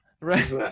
Right